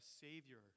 savior